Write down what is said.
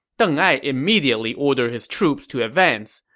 deng ai immediately ordered his troops to advance.